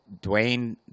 Dwayne